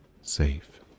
safe